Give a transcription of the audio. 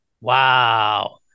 Wow